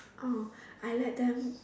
oh I let them